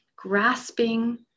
grasping